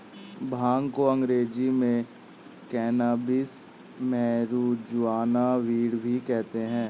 भांग को अंग्रेज़ी में कैनाबीस, मैरिजुआना, वीड भी कहते हैं